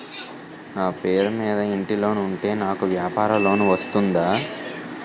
నా పేరు మీద ఇంటి లోన్ ఉంటే నాకు వ్యాపార లోన్ వస్తుందా?